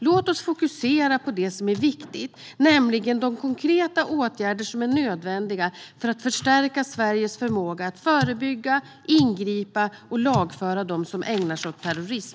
Låt oss fokusera på det om är viktigt, nämligen de konkreta åtgärder som är nödvändiga för att förstärka Sveriges förmåga att förebygga, ingripa mot och lagföra dem som ägnar sig åt terrorism.